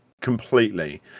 completely